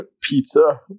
Pizza